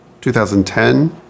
2010